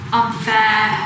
unfair